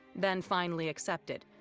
then finally accepted.